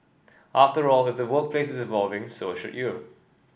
after all if the workplace is evolving so should you